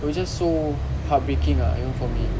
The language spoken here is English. it was just so heartbreaking ah you know for me